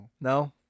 No